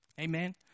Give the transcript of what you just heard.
Amen